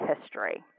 history